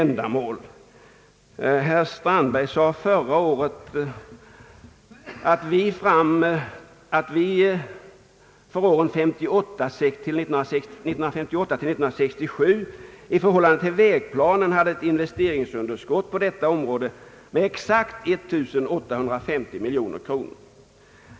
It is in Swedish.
Herr Strandberg sade förra året att vi för åren 1958 till 1967 i förhållande till vägplanen hade ett investeringsunderskott på detta område av exakt 1 850 miljoner kronor.